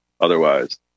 otherwise